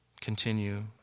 Continue